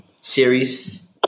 series